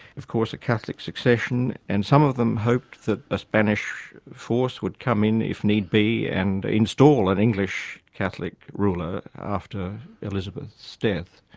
of course, a catholic succession, and some of them hoped that a spanish force would come in if need be and install an english catholic ruler after elizabeth's death.